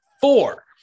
four